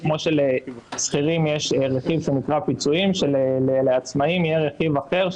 כמו שלשכירים יש רכיב שנקרא פיצויים שלעצמאים יהיה רכיב אחר,